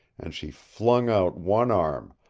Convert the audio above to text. and she flung out one arm,